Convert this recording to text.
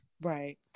Right